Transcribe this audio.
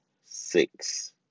six